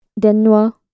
Denwa